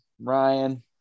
Ryan